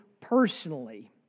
personally